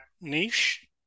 niche